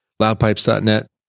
Loudpipes.net